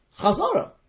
Chazara